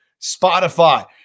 Spotify